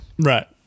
right